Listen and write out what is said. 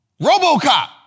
Robocop